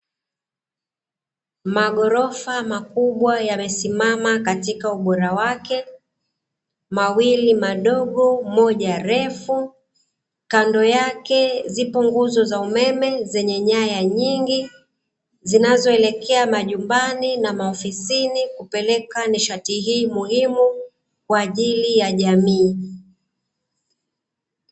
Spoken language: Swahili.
Maghorofa makubwa yamesimama katika ubora wake, mawili madogo, moja refu, kando yake zipo nguzo za umeme zenye nyaya nyingi zinazoelekea majumbani na maofisini, kupeleka nishati hii muhimu kwa ajili ya jamii.